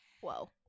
Whoa